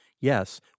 Yes